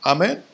Amen